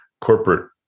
corporate